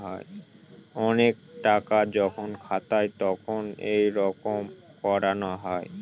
অনেক টাকা যখন খাতায় তখন এইরকম করানো হয়